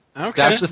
Okay